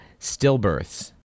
stillbirths